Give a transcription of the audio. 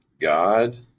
God